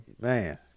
man